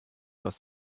aus